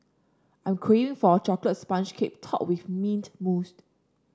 I'm craving for a chocolate sponge cake topped with mint mousse